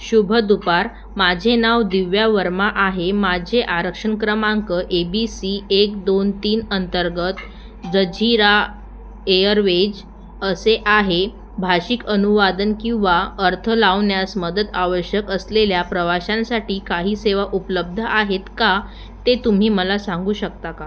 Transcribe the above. शुभ दुपार माझे नाव दिव्या वर्मा आहे माझे आरक्षण क्रमांक ए बी सी एक दोन तीन अंतर्गत जझीरा एअरवेज असे आहे भाषिक अनुवादन किंवा अर्थ लावण्यास मदत आवश्यक असलेल्या प्रवाशांसाठी काही सेवा उपलब्ध आहेत का ते तुम्ही मला सांगू शकता का